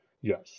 Yes